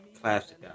classic